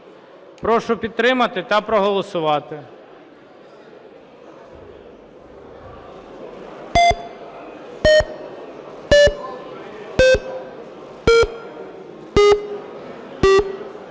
Прошу підтримати та проголосувати.